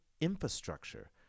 infrastructure